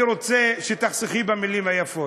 אני רוצה שתחסכי במילים היפות.